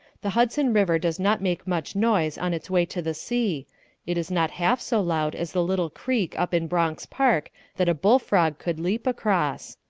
the hudson river does not make much noise on its way to the sea it is not half so loud as the little creek up in bronx park that a bullfrog could leap across.